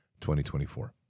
2024